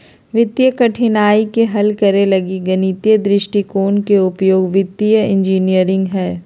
वित्तीय कठिनाइ के हल करे लगी गणितीय दृष्टिकोण के उपयोग वित्तीय इंजीनियरिंग हइ